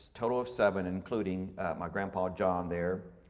total of seven, including my grandpa john there.